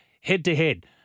head-to-head